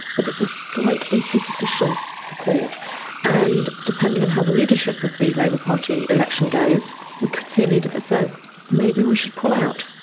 but it's a slightly superficial support and, depending on how the leadership of the labour party election goes, we could see a leader that says maybe we should pull out.